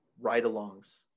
ride-alongs